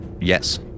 Yes